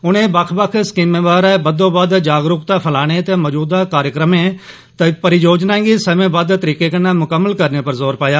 उनें बक्ख बक्ख स्कीमें बारै बद्दोबद्द जागरूकता फैलाने ते मौजूदा कार्यक्रमें ते परियोजनाएं गी समें बद्द तरीके कन्नै मुकम्मल करने पर जोर पाया